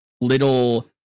little